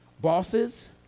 Bosses